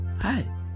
hi